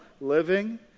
living